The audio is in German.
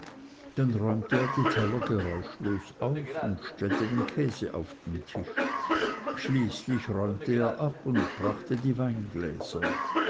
dann räumte er die teller geräuschlos auf und stellte den käse auf den tisch schließlich räumte er ab und brachte die weingläser